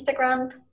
Instagram